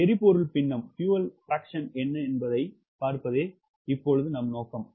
எரிபொருள் பின்னம் என்ன என்பதைப் பார்ப்பதே எங்கள் நோக்கம்